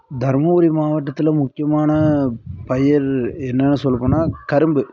தருமபுரி மாவட்டத்தில் முக்கியமான பயிர் என்னென்னு சொல்லப் போனால் கரும்பு